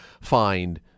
find